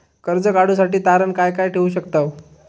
कर्ज काढूसाठी तारण काय काय ठेवू शकतव?